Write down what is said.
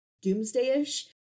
doomsday-ish